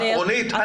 רונית,